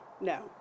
no